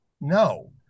No